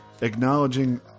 acknowledging